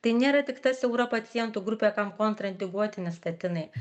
tai nėra tik ta siaura pacientų grupė kam kontraindikuotini statinai